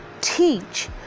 teach